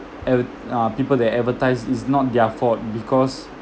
advert~ uh people that advertise it's not their fault because